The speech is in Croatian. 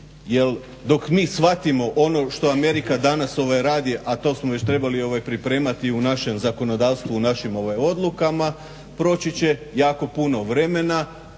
dok mi shvatimo ono što Amerika danas radi, a to smo već trebali pripremati i u našem zakonodavstvu, u našim odlukama proći će jako puno vremena,